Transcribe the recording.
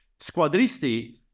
squadristi